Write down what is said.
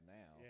now